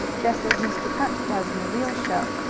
just as mr. punch does in the real show,